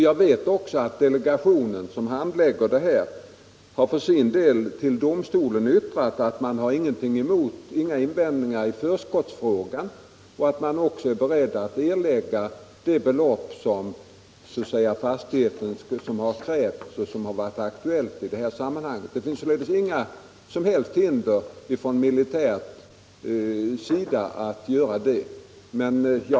Jag vet också att den delegation som handlägger detta har yttrat för sin del till domstolen att man inte har några invändningar i förskottsfrågan och att man är beredd att erlägga det belopp som har varit aktuellt i detta sammanhang. Det finns sålunda inga som helst hinder i detta avseende från militär Om villkoren för förhandstillträde till exproprierad sida.